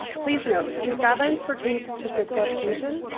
please note, these guidelines pertain to physical education,